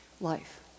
life